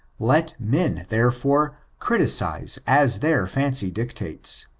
let men, therefore, criticise as their fancy directs,